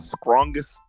strongest